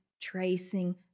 tracing